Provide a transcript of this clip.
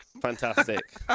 fantastic